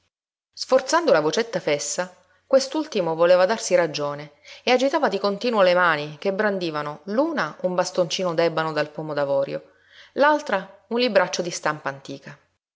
sforzando la vocetta fessa quest'ultimo voleva darsi ragione e agitava di continuo le mani che brandivano l'una un bastoncino d'ebano dal pomo d'avorio l'altra un libraccio di stampa antica